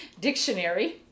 dictionary